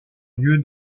lieu